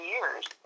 Years